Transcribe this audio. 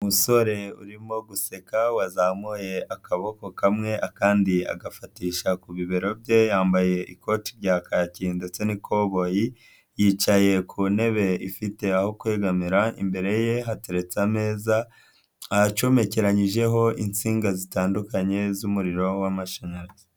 Umusore urimo guseka wazamuye akaboko kamwe akandi agafatisha ku bibero bye. Yambaye ikoti rya kaki ndetse n'ikoboyi. Yicaye ku ntebe ifite aho kwegamira. Imbere ye hateretse ameza acomekeranyijeho insinga zitandukanye z'umuriro w'amashanyarazi.